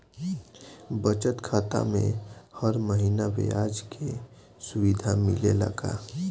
बचत खाता में हर महिना ब्याज के सुविधा मिलेला का?